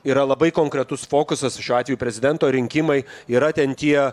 yra labai konkretus fokusas šiuo atveju prezidento rinkimai yra ten tie